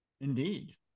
Indeed